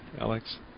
Alex